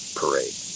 parade